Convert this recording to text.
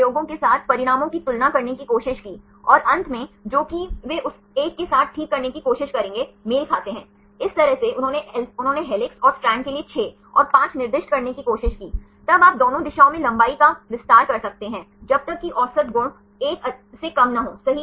x 1 minus x 2 पूरे वर्ग plus y 1 minus y 2 पूरे वर्ग प्लस जेड 1 माइनस जेड 3 पूरे वर्ग सही